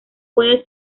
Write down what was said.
puede